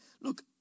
look